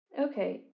Okay